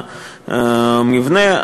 למבנה.